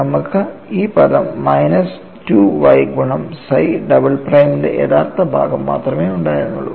നമുക്ക് ഈ പദം മൈനസ് 2y ഗുണം psi ഡബിൾ പ്രൈമിന്റെ യഥാർത്ഥ ഭാഗം മാത്രമേ ഉണ്ടായിരുന്നുള്ളൂ